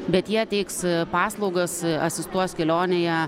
bet jie teiks paslaugas asistuos kelionėje